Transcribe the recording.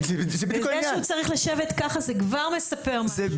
וזה שהוא צריך לשבת ככה זה כבר מספר משהו.